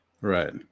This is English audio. Right